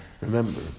Remember